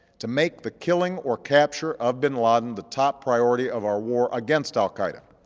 to make the killing or capture of bin laden the top priority of our war against al qaeda,